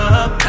up